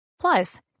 Plus